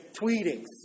tweetings